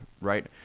right